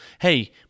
Hey